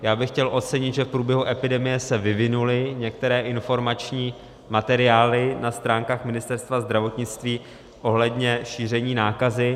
Já bych chtěl ocenit, že v průběhu epidemie se vyvinuly některé informační materiály na stránkách Ministerstva zdravotnictví ohledně šíření nákazy.